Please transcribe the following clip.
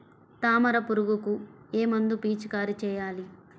తామర పురుగుకు ఏ మందు పిచికారీ చేయాలి?